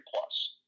plus